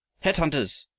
head-hunters!